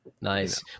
nice